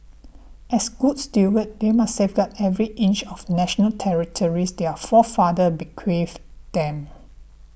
as good stewards they must safeguard every inch of national territories their forefathers bequeathed them